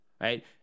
right